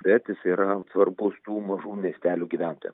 bet jis yra svarbus tų mažų miestelių gyventojam